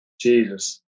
Jesus